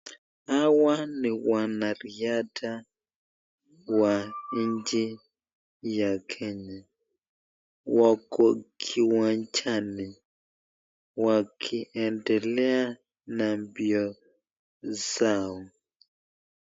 Hawa ni wanariadha wa nchi ya kenya wako kiwanjani wakiendelea na mbio zao